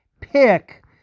pick